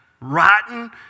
rotten